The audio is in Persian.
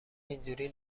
اینجوری